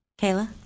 Kayla